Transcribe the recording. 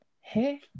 hey